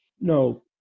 No